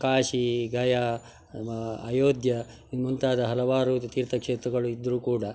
ಕಾಶಿ ಗಯಾ ಮ ಅಯೋಧ್ಯ ಈ ಮುಂತಾದ ಹಲವಾರು ತೀರ್ಥಕ್ಷೇತ್ರಗಳು ಇದ್ದರೂ ಕೂಡ